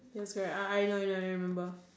yes correct I I know I know remember